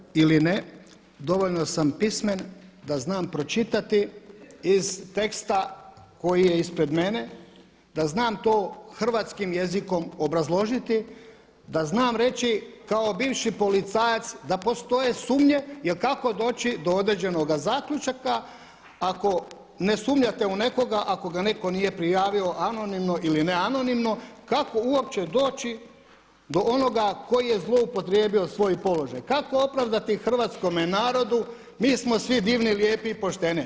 Amater ili ne dovoljno sam pismen da znam pročitati iz teksta koji je ispred mene, da znam to hrvatskim jezikom obrazložiti, da znam reći kao bivši policajac da postoje sumnje jel kako doći do određenog zaključka ako ne sumnjate u nekoga ako ga netko nije prijavio anonimno ili ne anonimno, kako uopće doći do onoga koji je zloupotrebio svoj položaj, kako opravdati hrvatskome narodu mi smo svi divni, lijepi i pošteni.